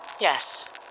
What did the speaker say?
Yes